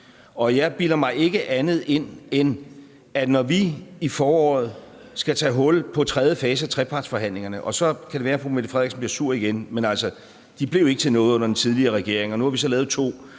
Jeg bilder mig ikke andet ind, når vi i foråret skal tage hul på tredje fase af trepartsforhandlingerne – og så kan det være, at fru Mette Frederiksen bliver sur igen, men altså de blev ikke til noget under den tidligere regering, og nu har vi så lavet to